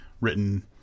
Written